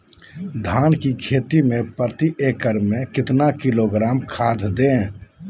धान की खेती में प्रति एकड़ में कितना किलोग्राम खाद दे?